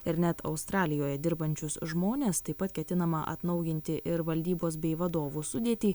ir net australijoje dirbančius žmones taip pat ketinama atnaujinti ir valdybos bei vadovų sudėtį